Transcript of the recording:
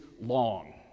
long